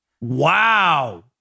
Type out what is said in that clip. Wow